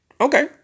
Okay